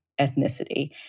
ethnicity